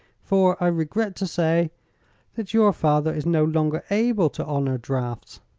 for i regret to say that your father is no longer able to honor drafts.